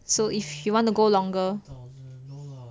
so if you want to go longer